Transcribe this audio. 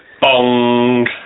Bong